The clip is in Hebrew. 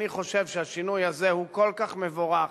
אני חושב שהשינוי הזה הוא כל כך מבורך